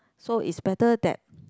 so is better that